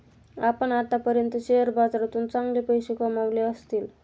आपण आत्तापर्यंत शेअर बाजारातून चांगले पैसे कमावले असतील